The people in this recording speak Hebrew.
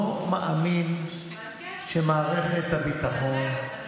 לא מאמין שמערכת הביטחון,